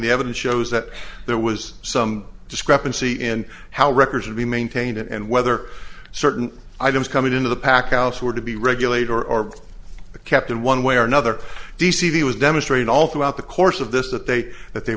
the evidence shows that there was some discrepancy in how records would be maintained and whether certain items coming into the pac ause were to be regulate or kept in one way or another d c the was demonstrating all throughout the course of this that they that they